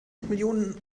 millionen